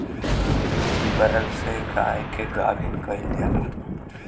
बैल से गाय के गाभिन कइल जाला